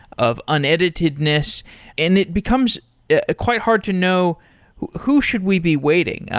of uneditedness and it becomes ah quite hard to know who who should we be waiting?